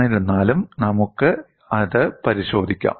എന്നിരുന്നാലും നമുക്ക് അത് പരിശോധിക്കാം